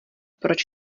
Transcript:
proč